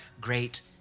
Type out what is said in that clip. great